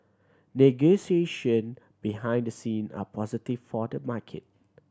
negotiation behind the scene are positive for the market